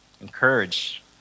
encourage